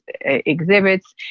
exhibits